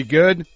good